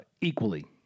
equally